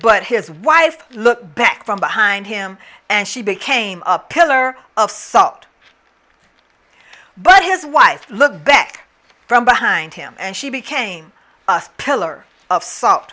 but his wife looked back from behind him and she became a pillar of salt but his wife looked back from behind him and she became a pillar of salt